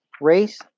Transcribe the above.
Race